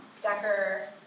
Decker